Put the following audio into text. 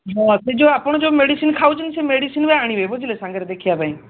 ହଁ ଏବେ ଯେଉଁ ଆପଣ ଯେଉଁ ମେଡ଼ିସିନ୍ ଖାଉଛନ୍ତି ସେ ମେଡ଼ିସିନ୍ ବି ଆଣିବେ ବୁଝିଲେ ସାଙ୍ଗରେ ବୁଝିଲେ ଦେଖାଇବା ପାଇଁ